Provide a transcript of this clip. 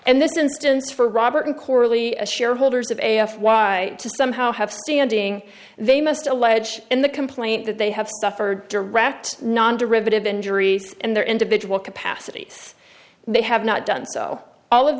and this instance for robert corley shareholders of a f y to somehow have standing they must allege in the complaint that they have suffered direct non derivative injuries and their individual capacity they have not done so all of